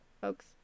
folks